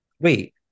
Wait